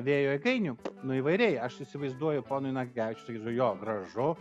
vėjo jėgainių nu įvairiai aš įsivaizduoju ponui narkevičiui sakys jo gražu